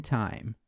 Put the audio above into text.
time